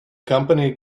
company